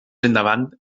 endavant